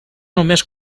només